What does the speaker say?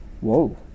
whoa